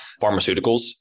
pharmaceuticals